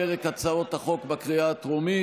ולפיכך קובע ש-42 הצביעו בעד,